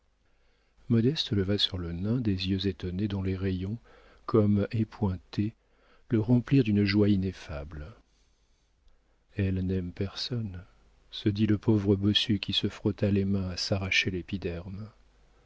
modeste leva sur le nain des yeux étonnés dont les rayons comme épointés le remplirent d'une joie ineffable elle n'aime personne se dit le pauvre bossu qui se frotta les mains à s'arracher l'épiderme